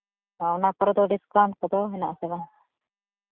ᱚᱱᱟ ᱠᱚᱨᱮ ᱫᱚ ᱰᱤᱥᱠᱟᱣᱩᱱᱴ ᱠᱚᱫᱚ ᱢᱮᱱᱟᱜ ᱟᱥᱮ ᱵᱟᱝ